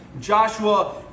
Joshua